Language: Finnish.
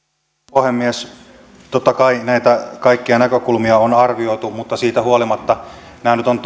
puhemies totta kai näitä kaikkia näkökulmia on arvioitu mutta siitä huolimatta on